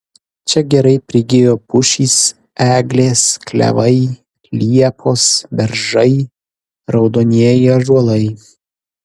čia gerai prigijo pušys eglės klevai liepos beržai raudonieji ąžuolai